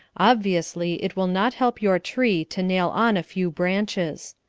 obviously it will not help your tree to nail on a few branches.